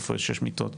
איפה יש שש מיטות.